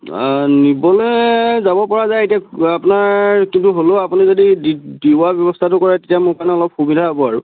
নিবলে যাব পৰা যায় এতিয়া আপোনাৰ কিন্তু হ'লেও আপুনি যদি দিওৱাৰ ব্যৱস্থাটো কৰে তেতিয়া মোৰ কাৰণে সুবিধা হ'ব আৰু